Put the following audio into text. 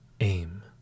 aim